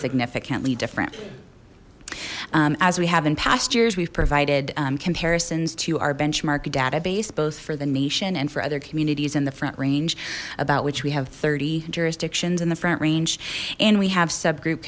significantly different as we have in past years we've provided comparisons to our benchmark database both for the nation and for other communities in the front range about which we have thirty jurisdictions in the front range and we have subgroup